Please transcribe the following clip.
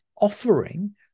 offering